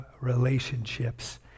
relationships